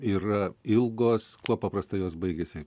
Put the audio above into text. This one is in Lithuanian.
yra ilgos kuo paprastai jos baigiasi